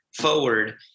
forward